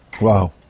Wow